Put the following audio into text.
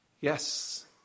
Yes